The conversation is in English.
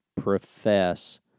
profess